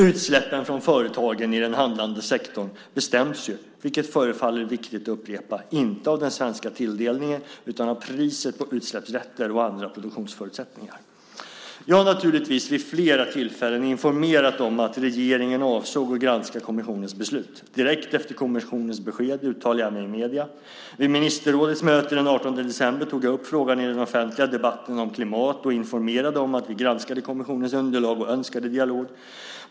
Utsläppen från företagen i den handlande sektorn bestäms ju, vilket förefaller viktigt att upprepa, inte av den svenska tilldelningen utan av priset på utsläppsrätter och andra produktionsförutsättningar. 2. Jag har naturligtvis vid flera tillfällen informerat om att regeringen avsåg att granska kommissionens beslut. Direkt efter kommissionens besked uttalade jag mig i medierna. Vid ministerrådets möte den 18 december tog jag upp frågan i den offentliga debatten om klimat och informerade om att vi granskade kommissionens underlag och önskade dialog.